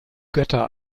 götter